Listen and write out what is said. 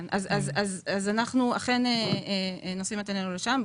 אז אנחנו אכן נושאים את עינינו לשם.